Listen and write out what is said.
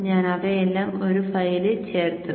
ഞാൻ അവയെല്ലാം ഒരു ഫയലിൽ ചേർത്തു